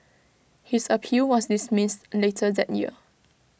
his appeal was dismissed later that year